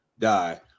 Die